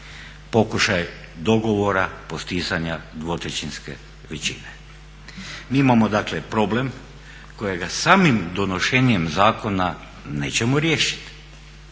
Pokušaj dogovora postizanja 2/3-ske većine. Mi imamo dakle problem kojega samim donošenjem zakona nećemo riješit.